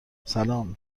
سلام